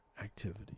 activity